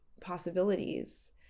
possibilities